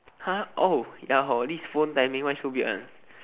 !huh! oh ya hor this phone timing why so weird one